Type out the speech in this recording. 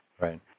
Right